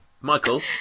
Michael